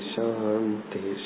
Shanti